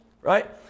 right